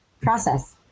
process